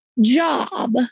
job